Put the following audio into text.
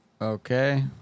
Okay